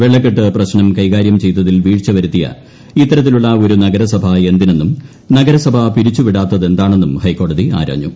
വെള്ളര്ക്കട്ട് പ്രശ്നം കൈകാര്യം ചെയ്തതിൽ വീഴ്ച വരുത്തിയ ഇത്തര്ത്തിലുള്ള ഒരു നഗരസഭ എന്തിനെന്നും നഗരസഭ പിരിച്ചുവിടാത്ത്തെന്താണെന്നും ഹൈക്കോടതി ആരാഞ്ഞു